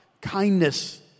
kindness